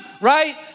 right